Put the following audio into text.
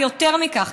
ויותר מכך,